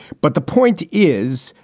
but the point is,